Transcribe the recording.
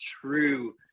true